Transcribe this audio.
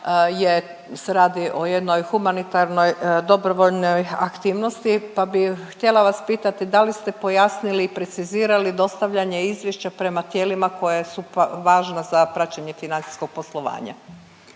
se radi o jednoj humanitarnoj dobrovoljnoj aktivnosti pa bi htjela vas pitati da li ste pojasnili i precizirali dostavljanje izvješća prema tijelima koje su važna za praćenje financijskog poslovanja.